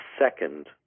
second